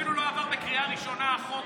אפילו לא עבר בקריאה ראשונה החוק.